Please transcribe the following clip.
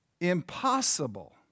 impossible